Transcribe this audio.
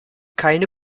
keine